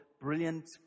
brilliant